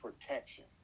protection